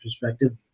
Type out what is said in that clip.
perspective